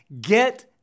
Get